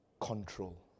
control